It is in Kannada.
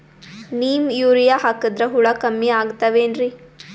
ನೀಮ್ ಯೂರಿಯ ಹಾಕದ್ರ ಹುಳ ಕಮ್ಮಿ ಆಗತಾವೇನರಿ?